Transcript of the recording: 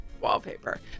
wallpaper